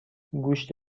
گوشت